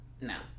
no